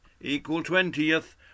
Equal-twentieth